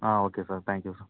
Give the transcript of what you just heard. ah okay sir thank you sir